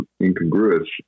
incongruous